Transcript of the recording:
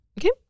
Okay